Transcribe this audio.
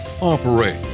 operate